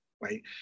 Right